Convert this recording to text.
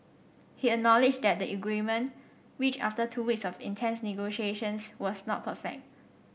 he acknowledged that the agreement reached after two weeks of intense negotiations was not perfect